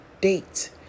date